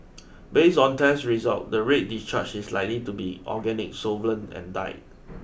based on test results the red discharge is likely to be organic solvent and dye